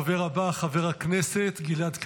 הדובר הבא, חבר הכנסת גלעד קריב.